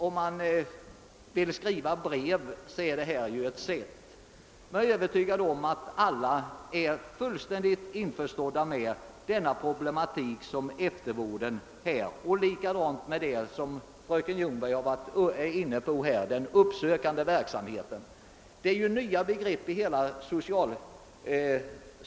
Om man vill skriva brev, är detta naturligtvis ett sätt. Jag är helt övertygad om att alla är på det klara med de problem vi har när det gäller eftervården och även i fråga om den uppsökande verksamheten, vilken fröken Ljungberg berört.